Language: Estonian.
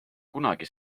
kunagi